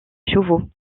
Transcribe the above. chevaux